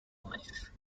life